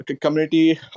community